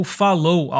falou